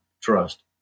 trust